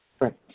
Right